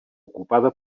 ocupada